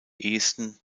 ehesten